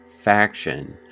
faction